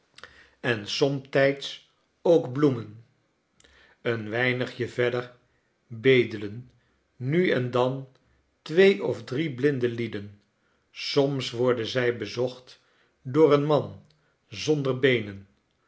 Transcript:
en somtijds ook bloemen een weinigje verder bedelen nu en dan twee of drie bhnde lieden soms worden zij bezocht door een man zonder beenen